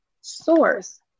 source